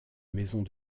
maisons